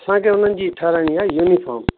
असांखे हुननि जी ठहिराइणी आहे यूनिफॉम